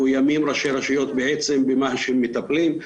שראשי רשויות מאוימים במה שהם מטפלים,